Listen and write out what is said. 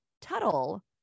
Tuttle